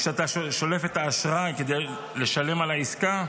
וכשאתה שולף את האשראי כדי לשלם על העסקה,